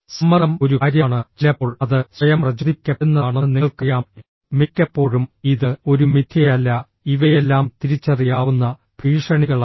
സമ്മർദ്ദം ഒരു കാര്യമാണ് ചിലപ്പോൾ അത് സ്വയം പ്രചോദിപ്പിക്കപ്പെടുന്നതാണെന്ന് നിങ്ങൾക്കറിയാം മിക്കപ്പോഴും ഇത് ഒരു മിഥ്യയല്ല ഇവയെല്ലാം തിരിച്ചറിയാവുന്ന ഭീഷണികളാണ്